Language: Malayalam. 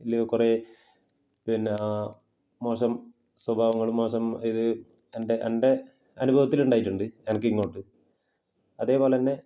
പിന്നെ കുറേ പിന്നെ മോശം സ്വഭാവങ്ങളും മോശം ഇത് എൻ്റെ എന്റെ അനുഭവത്തില് ഉണ്ടായിട്ടുണ്ട് എനിക്ക് ഇങ്ങോട്ട് അതേപോലെതന്നെ